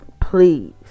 Please